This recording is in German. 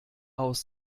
aus